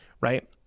right